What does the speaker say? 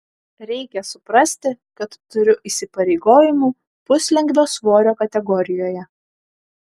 reikia suprasti kad turiu įsipareigojimų puslengvio svorio kategorijoje